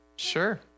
Sure